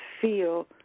feel